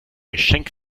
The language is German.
geschenk